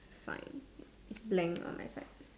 fine length on my side